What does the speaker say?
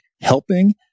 helping